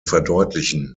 verdeutlichen